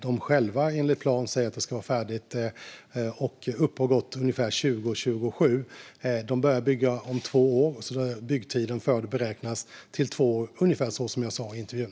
De själva säger att det enligt plan ska vara färdigt ungefär 2027. De börjar bygga om två år, så byggtiden beräknas till två år - ungefär som jag sa i intervjun.